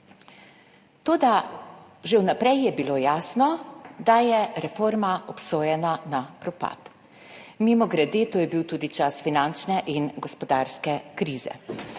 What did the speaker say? Toda že vnaprej je bilo jasno, da je reforma obsojena na propad. Mimogrede, to je bil tudi čas finančne in gospodarske krize.